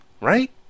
Right